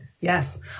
Yes